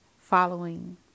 following